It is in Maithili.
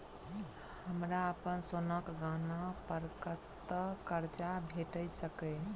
हमरा अप्पन सोनाक गहना पड़ कतऽ करजा भेटि सकैये?